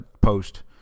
Post